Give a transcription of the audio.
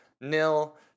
nil